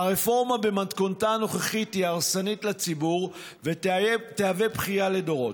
"הרפורמה במתכונתה הנוכחית היא הרסנית לציבור ותהווה בכייה לדורות.